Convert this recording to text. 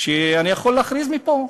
ואני יכול להכריז מפה,